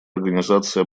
организации